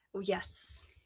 Yes